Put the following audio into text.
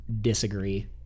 Disagree